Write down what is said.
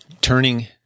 turning